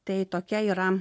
tai tokia yra